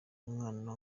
umwana